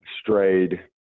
strayed